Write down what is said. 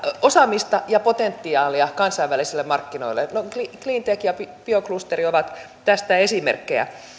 osaamista ja potentiaalia kansainvälisille markkinoille cleantech ja bioklusteri ovat tästä esimerkkejä